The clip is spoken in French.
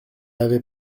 avait